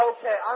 Okay